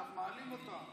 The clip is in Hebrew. אנחנו מעלים אותם.